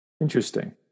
interesting